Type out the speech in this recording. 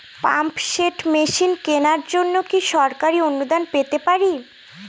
Pump set machine কেনার জন্য কি সরকারি অনুদান পেতে পারি?